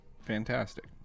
Fantastic